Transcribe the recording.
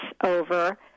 over